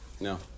No